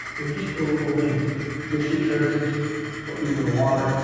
we'll just put a little bit of dish detergent or even water,